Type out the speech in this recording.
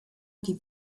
die